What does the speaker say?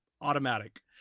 automatic